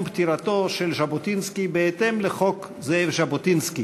פטירתו של ז'בוטינסקי בהתאם לחוק זאב ז'בוטינסקי